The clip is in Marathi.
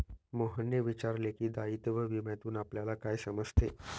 मोहनने विचारले की, दायित्व विम्यातून आपल्याला काय समजते?